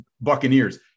Buccaneers